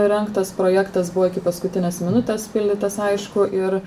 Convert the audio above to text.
rengtas projektas buvo iki paskutinės minutės pildytas aišku ir